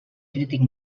crític